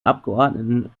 abgeordneten